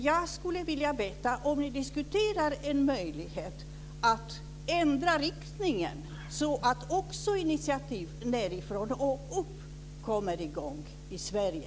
Jag skulle vilja veta om ni diskuterar en möjlighet att ändra riktningen så att också initiativ nedifrån och upp kommer i gång i Sverige.